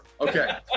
Okay